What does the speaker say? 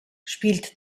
spielt